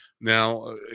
Now